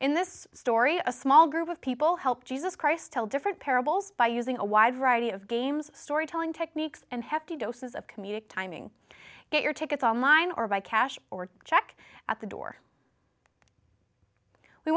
in this story a small group of people helped jesus christ tell different parables by using a wide variety of games storytelling techniques and hefty doses of comedic timing get your tickets online or by cash or check at the door we